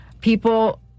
people